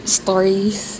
stories